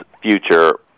future